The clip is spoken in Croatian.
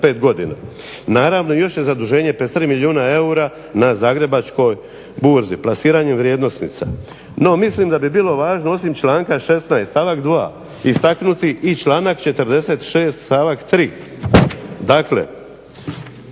godina. Naravno još je zaduženje od 53 milijuna eura na Zagrebačkoj burzi plasiranjem vrijednosnica. No, mislim da bi bilo važno osim članka 16. stavak 2. istaknuti i članak 46. stavak 3., dakle